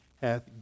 hath